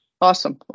Awesome